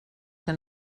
que